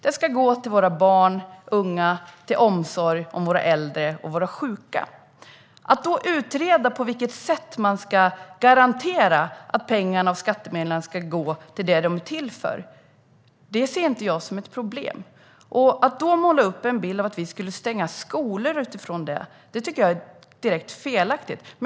De ska gå till våra barn och unga och till omsorg om våra äldre och sjuka. Att utreda på vilket sätt man ska garantera att pengarna och skattemedlen går till det som de är till för ser jag inte som ett problem. Att utifrån detta måla upp en bild av att vi vill stänga skolor blir direkt felaktigt.